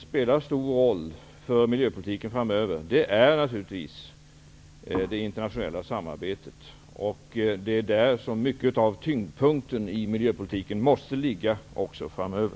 spelar stor roll för miljöpolitiken. Det är där som mycket av tyngdpunkten i miljöpolitiken måste ligga även framöver.